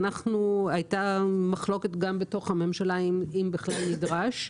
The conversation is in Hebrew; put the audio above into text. הייתה מחלוקת גם בתוך הממשלה אם בכלל נדרש,